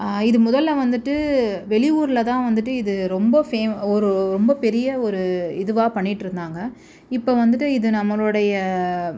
இது முதலில் வந்துட்டு வெளியூரில் தான் வந்துட்டு இது ரொம்ப ஃபேம ஒரு ரொம்ப பெரிய ஒரு இதுவாக பண்ணிகிட்டு இருந்தாங்க இப்போ வந்துட்டு இது நம்மளுடைய